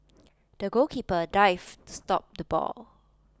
the goalkeeper dived stop the ball